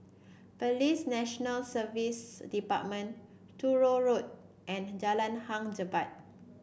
Police National Service Department Truro Road and Jalan Hang Jebat